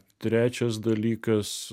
trečias dalykas